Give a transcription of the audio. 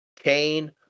Cain